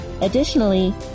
Additionally